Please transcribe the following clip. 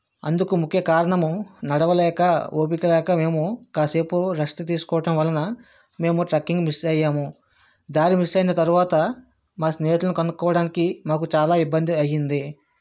అందుకు ముఖ్య కారణము నడవలేక ఓపిక లేక మేము కాసేపు రెస్ట్ తీసుకోవటం వలన మేము ట్రెక్కింగ్ మిస్ అయ్యాము దారి మిస్ అయిన తర్వాత మా స్నేహితులను కనుక్కోవడానికి మాకు చాలా ఇబ్బంది అయ్యింది